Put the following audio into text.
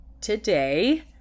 today